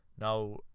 now